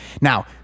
Now